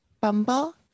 Bumble